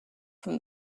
from